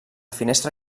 finestra